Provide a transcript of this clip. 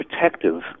protective